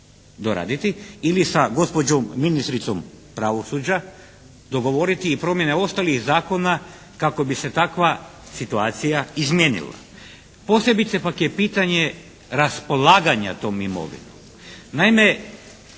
doraditi ili sa gospođom ministricom pravosuđa dogovoriti i promjene ostalih zakona kako bi se takva situacija izmijenila. Posebice pak je pitanje raspolaganja tom imovinom.